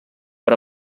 per